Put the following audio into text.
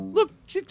Look